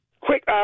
Quick